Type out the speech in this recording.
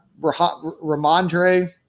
Ramondre